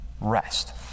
rest